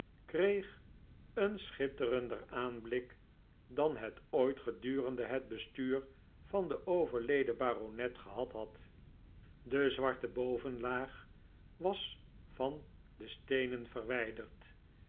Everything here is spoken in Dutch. kreeg ooioao een schitterender aanblik dan het ooit gedurende het bestuur van den overleden baronet gehad had de zwarte bovenlaag was van de steenen verwijderd